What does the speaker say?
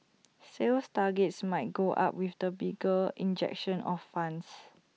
sales targets might go up with the bigger injection of funds